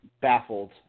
baffled